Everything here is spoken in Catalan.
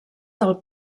del